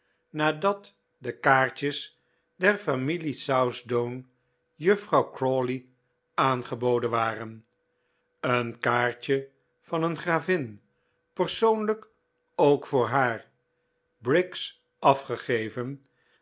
nadat de kaartjes der familie southdown juffrouw crawley aangeboden waren een kaartje van een gravin persoonlijk ook voor oooimja tio haar briggs afgegeven